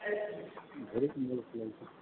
ढेरिक मॉल खुलल छै हुँ